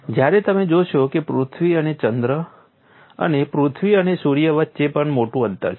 જ્યારે તમે જોશો કે પૃથ્વી અને ચંદ્ર અને પૃથ્વી અને સૂર્ય વચ્ચે પણ મોટું અંતર છે